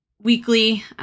weekly